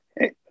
hey